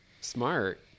Smart